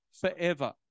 forever